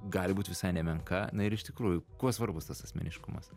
gali būt visai nemenka na ir iš tikrųjų kuo svarbus tas asmeniškumas